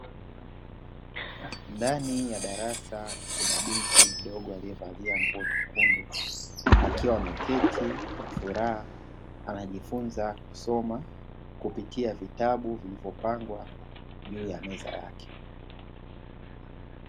Kijana wa kiume mwenyenyenyesha tabasamu akiwa anakabidhiwa na kupokea cheti kutoka kwa mwanaume aliyevaa suti cheti hicho kinaonyesha kuwa amekuwa mwanafunzi bora kati ya wanafunzi wengi.